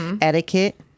Etiquette